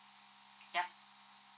yup